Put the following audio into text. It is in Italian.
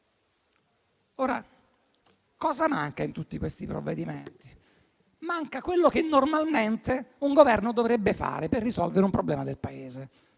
Cosa manca in tutti questi provvedimenti? Manca quello che normalmente un Governo dovrebbe fare per risolvere un problema del Paese,